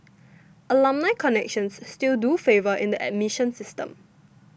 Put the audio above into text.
alumni connections still do favor in the admission system